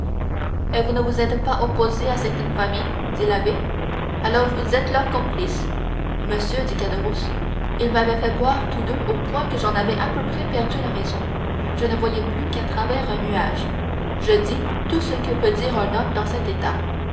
et vous ne vous êtes pas opposé à cette infamie dit l'abbé alors vous êtes leur complice monsieur dit caderousse ils m'avaient fait boire tous deux au point que j'en avais à peu près perdu la raison je ne voyais plus qu'à travers un nuage je dis tout ce que peut dire un homme dans cet état